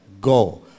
go